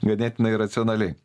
ganėtinai racionaliai